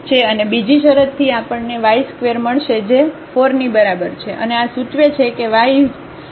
તેથી x એ ± 1 છે અને બીજી શરતથી આપણને y2 મળશેજે 4 ની બરાબર છે અને આ સૂચવે છે કે y ± 2